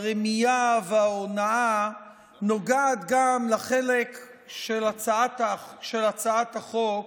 הרמייה וההונאה נוגעת גם לחלק של הצעת החוק